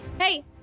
Hey